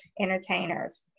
entertainers